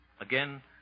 Again